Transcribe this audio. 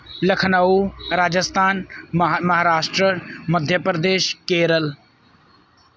Lucknow Rajasthan Maha Maharashtra Madhya Pradesh Kerala